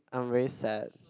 I'm very sad